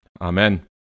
Amen